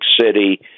City